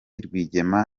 rwigema